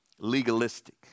legalistic